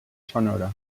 sonora